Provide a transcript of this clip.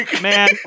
Man